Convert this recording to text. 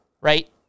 right